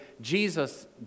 Jesus